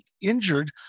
injured